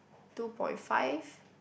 two point five